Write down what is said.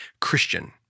Christian